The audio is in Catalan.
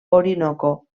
orinoco